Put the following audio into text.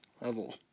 level